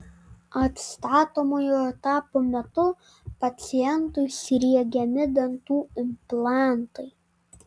atstatomojo etapo metu pacientui sriegiami dantų implantai